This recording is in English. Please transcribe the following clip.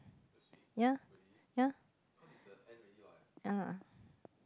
ya ya ya lah